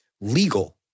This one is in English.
legal